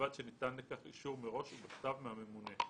ובלבד שניתן לכך אישור מראש ובכתב מהממונה.